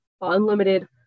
unlimited